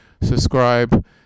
Subscribe